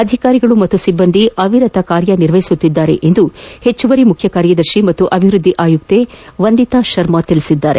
ಅಧಿಕಾರಿಗಳು ಮತ್ತು ಸಿಬ್ಲಂದಿ ಅವಿರತವಾಗಿ ಕಾರ್ಯನಿರ್ವಹಿಸುತ್ತಿದ್ದಾರೆಂದು ಹೆಚ್ಚುವರಿ ಮುಖ್ಯ ಕಾರ್ಯದರ್ಶಿ ಮತ್ತು ಅಭಿವೃದ್ಧಿ ಕ ಆಯುಕ್ತೆ ವಂದಿತಾ ಕರ್ಮಾ ತಿಳಿಸಿದ್ದಾರೆ